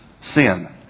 sin